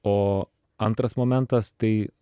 o antras momentas tai